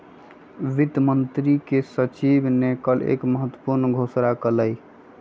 वित्त मंत्री के सचिव ने कल एक महत्वपूर्ण घोषणा कइलय